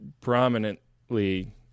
prominently